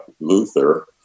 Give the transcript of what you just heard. Luther